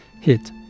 hit